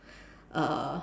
uh